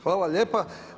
Hvala lijepo.